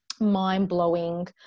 mind-blowing